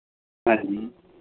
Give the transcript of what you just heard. ਹਾਂਜੀ